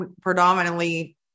predominantly